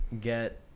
get